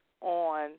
On